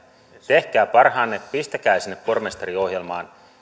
tehkää parhaanne pistäkää sinne pormestariohjelmaan